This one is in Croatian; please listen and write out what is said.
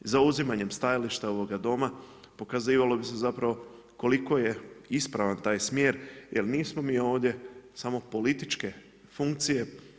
Zauzimanjem stajališta ovoga doma pokazivalo bi se zapravo koliko je ispravan taj smjer jel nismo mi ovdje samo političke funkcije.